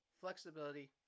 flexibility